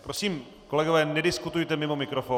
Prosím, kolegové nediskutujte mimo mikrofon.